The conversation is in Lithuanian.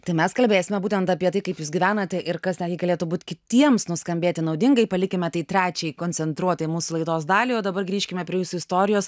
tai mes kalbėsime būtent apie tai kaip jūs gyvenot ir kas galėtų būt kitiems nuskambėti naudingai palikime tai trečiai koncentruotai mūsų laidos daliai o dabar grįžkime prie jūsų istorijos